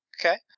Okay